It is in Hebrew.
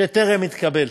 והוא טרם התקבל.